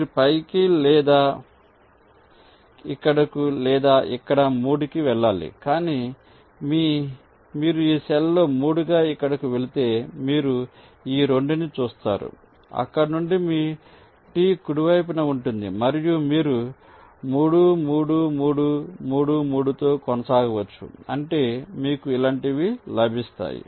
మీరు పైకి లేదా ఇక్కడకు లేదా ఇక్కడ 3 కి వెళ్ళాలి కానీ మీరు ఈ సెల్ లో 3 గా ఇక్కడకు వెళితే మీరు ఈ 2 ని చూస్తారు అక్కడ నుండి మీ T కుడి వైపున ఉంటుంది మరియు మీరు 3 3 3 3 3 తో కొనసాగవచ్చు అంటే మీకు ఇలాంటివి లభిస్తాయి